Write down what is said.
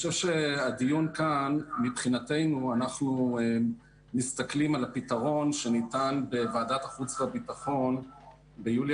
אנחנו מסתכלים על הפתרון שניתן בוועדת החוץ והביטחון ביולי